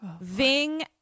ving